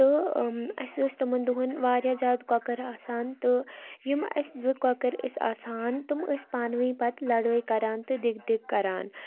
تہٕ اَسہِ ٲسۍ تِمَن دۄہَن واریاہ زیادٕ کۄکَر آسان تہٕ یِم اَسہِ زٕ کۄکَر ٲسۍ آسان تِم ٲسۍ پانہٕ ؤنۍ پَتہٕ لَڑٲے کَران تہٕ دِگ دِگ کَران